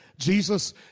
Jesus